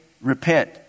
repent